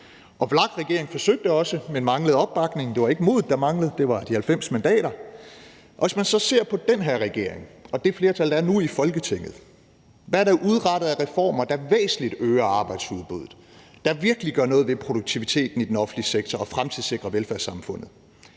VLAK-regeringen forsøgte også, men manglede opbakning. Det var ikke modet, der manglede, det var de 90 mandater. Hvis man så ser på den her regering og det flertal, der er nu i Folketinget, kan man spørge: Hvad er der udrettet af reformer, der væsentligt øger arbejdsudbuddet, og som virkelig gør noget ved produktiviteten i den offentlige sektor og fremtidssikrer velfærdssamfundet?